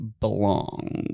belong